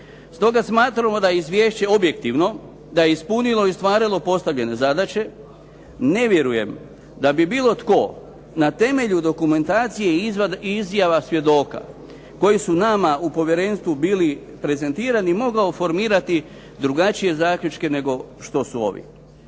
Stoga smatramo da je izvješće objektivno, da je ispunilo i ostvarilo postavljene zadaće. Ne vjerujem da bi bilo tko na temelju dokumentacije i izjava svjedoka koji su nama u povjerenstvu bili prezentirani mogao formirati drugačije zaključke nego što su ovi.